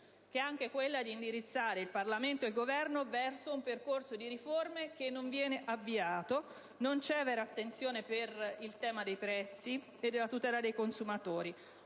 che è anche quello di indirizzare il Parlamento e il Governo verso un percorso di riforme che non viene avviato. Non c'è infatti vera attenzione per il tema dei prezzi e per la tutela dei consumatori,